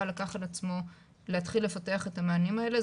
לקח על עצמו להתחיל לפתח את המענים האלה.